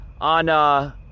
on